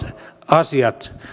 asiat